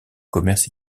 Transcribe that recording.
commerce